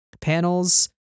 panels